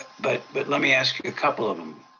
but but let me ask you a couple of them,